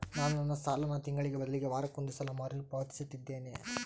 ನಾನು ನನ್ನ ಸಾಲನ ತಿಂಗಳಿಗೆ ಬದಲಿಗೆ ವಾರಕ್ಕೊಂದು ಸಲ ಮರುಪಾವತಿಸುತ್ತಿದ್ದೇನೆ